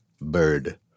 bird